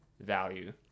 value